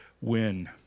win